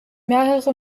mehrere